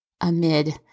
amid